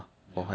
now